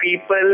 people